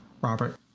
Robert